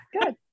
Good